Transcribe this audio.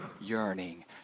yearning